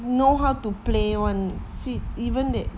know how to play [one] see even that